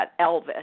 Elvis